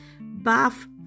buff